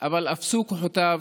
אבל אפסו כוחותיו